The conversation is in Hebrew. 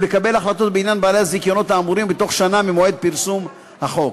ולקבל החלטות בעניין בעלי הזיכיונות האמורים בתוך שנה ממועד פרסום החוק.